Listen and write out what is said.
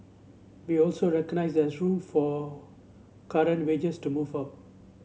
we also recognised there room for current wages to move up